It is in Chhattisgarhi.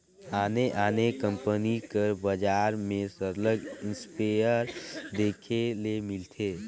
आने आने कंपनी कर बजार में सरलग इस्पेयर देखे ले मिलथे